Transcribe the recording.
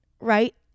right